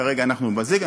כרגע אנחנו בזיג,